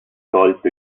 tolto